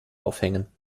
aufhängen